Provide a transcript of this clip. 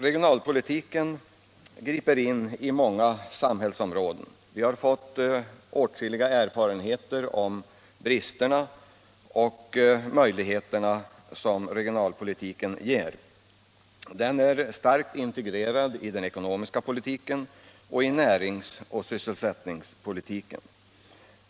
Regionalpolitiken griper in på många samhällsområden. Vi har fått åtskilliga erfarenheter och därigenom klarhet om bristerna och om möjligheterna som regionalpolitiken ger. Den är starkt integrerad i den ekonomiska politiken och i närings och sysselsättningspolitiken.